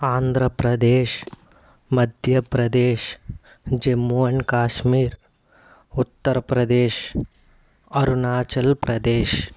Andhra Pradesh Madhya Pradesh Jammu and Kashmir Uttar Pradesh Arunachal Pradesh